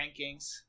rankings